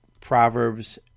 Proverbs